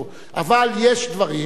אבל יש דברים שהם,